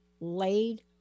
laid